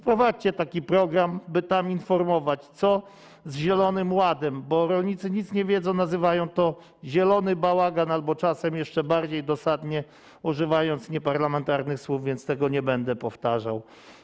Wprowadźcie taki program, by tam informować, co z zielonym ładem, bo rolnicy nic nie wiedzą, nazywają to zielonym bałaganem albo czasem jeszcze bardziej dosadnie, używając nieparlamentarnych słów, więc tego nie będę powtarzał.